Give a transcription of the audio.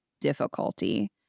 difficulty